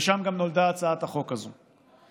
ושם גם נולדה הצעת החוק הזאת,